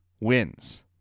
wins